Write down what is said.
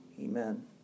Amen